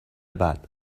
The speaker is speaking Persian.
بعد